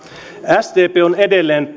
sdp on edelleen